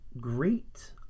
Great